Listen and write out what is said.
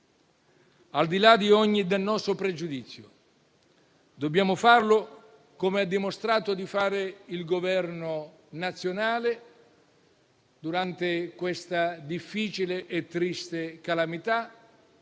e di ogni pregiudizio. Dobbiamo farlo, come ha dimostrato di voler fare il Governo nazionale durante questa difficile e triste calamità,